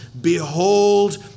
Behold